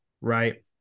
right